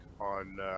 on